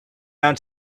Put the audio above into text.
out